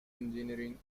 engineering